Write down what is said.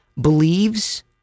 believes